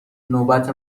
نوبت